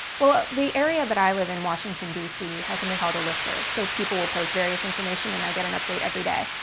well, ah the area that i live in, washington dc, has something called a listserv so people will post various information and i get an update every day.